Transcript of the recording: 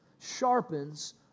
sharpens